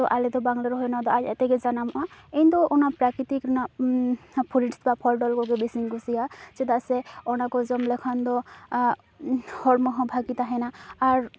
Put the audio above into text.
ᱛᱚ ᱟᱞᱮᱫᱚ ᱵᱟᱝᱞᱮ ᱨᱚᱦᱚᱭᱟ ᱚᱱᱟᱫᱚ ᱟᱡᱼᱟᱡᱛᱮ ᱜᱮ ᱡᱟᱱᱟᱢᱚᱜᱼᱟ ᱤᱧᱫᱚ ᱚᱱᱟ ᱯᱨᱟᱠᱨᱤᱛᱤᱠ ᱨᱮᱱᱟᱜ ᱯᱷᱚᱨᱤᱰ ᱵᱟ ᱯᱷᱚᱞᱼᱰᱚᱞ ᱠᱚᱜᱮ ᱵᱮᱥᱤᱧ ᱠᱩᱥᱤᱼᱟ ᱪᱮᱫᱟᱜ ᱥᱮ ᱚᱱᱟᱠᱚ ᱡᱚᱢ ᱞᱮᱠᱷᱟᱱ ᱫᱚ ᱦᱚᱲᱢᱚᱦᱚᱸ ᱵᱷᱟᱜᱮ ᱛᱟᱦᱮᱱᱟ ᱟᱨ